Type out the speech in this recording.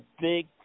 big